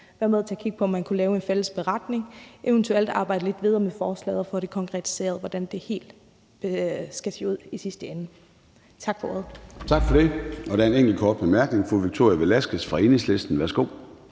med til at kigge på, om man kunne lave en fælles beretning og eventuelt arbejde lidt videre med forslaget og få konkretiseret, hvordan det præcis skal se ud i sidste ende. Tak for ordet. Kl. 11:24 Formanden (Søren Gade): Tak for det. Der er en enkelt med en kort bemærkning. Fru Victoria Velasquez, Enhedslisten. Værsgo.